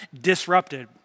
Disrupted